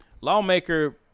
lawmaker